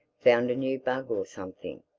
found a new bug or something.